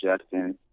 Justin